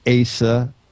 Asa